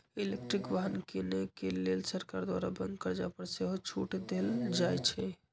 electric वाहन किने के लेल सरकार द्वारा बैंक कर्जा पर सेहो छूट देल जाइ छइ